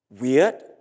weird